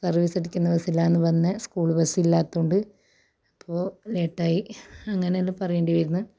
service അടിക്കുന്ന ബസിലാണ് വന്നത് സ്കൂള് ബസ് ഇല്ലാത്തൊണ്ട് അപ്പോൾ ലേട്ടായി അങ്ങനെല്ലോം പറയേണ്ടി വരുന്നു